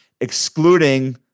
Excluding